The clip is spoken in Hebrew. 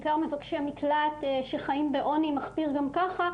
בעיקר מבקשי מקלט שחיים בעוני מחפיר גם ככה,